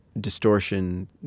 distortion